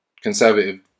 conservative